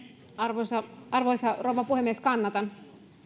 arvoisa arvoisa rouva puhemies kannatan